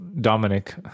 Dominic